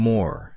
More